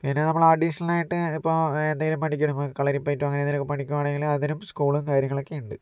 പിന്നെ നമ്മൾ അഡീഷണൽ ആയിട്ട് ഇപ്പോൾ എന്തെങ്കിലും പഠിക്കാണ് കളരിപ്പയറ്റ് അങ്ങനെ എന്തെങ്കിലും പഠിക്കുകയാണെങ്കിൽ അതിനും സ്കൂളുകളും കാര്യങ്ങളൊക്കെ ഉണ്ട്